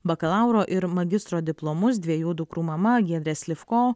bakalauro ir magistro diplomus dviejų dukrų mama giedrė slifko